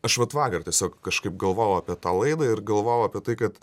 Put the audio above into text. aš vat vakar tiesiog kažkaip galvojau apie tą laidą ir galvojau apie tai kad